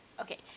Okay